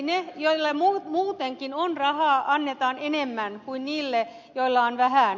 niille joilla muutenkin on rahaa annetaan enemmän kuin niille joilla on vähän